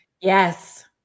Yes